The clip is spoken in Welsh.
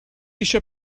eisiau